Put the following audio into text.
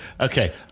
okay